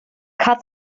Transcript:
cut